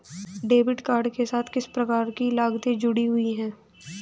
Debit card के साथ किस प्रकार की लागतें जुड़ी हुई हैं?